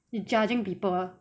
你 judging people